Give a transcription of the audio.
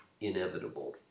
inevitable